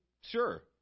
Sure